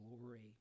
glory